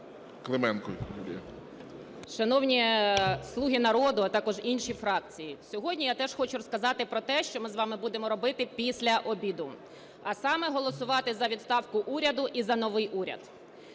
Шановні "слуги народу", а також інші фракції, сьогодні я теж хочу розказати про те, що ми з вами будемо робити після обіду, а саме голосувати за відставку уряду і за новий уряд.